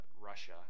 russia